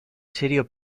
serio